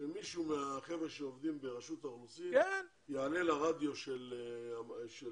שמישהו מהחברה שעובדים ברשות האוכלוסין יעלה לרדיו ולטלוויזיה.